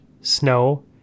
snow